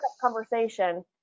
conversation